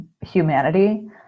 humanity